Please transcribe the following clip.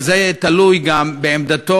אבל זה יהיה תלוי גם בעמדתו,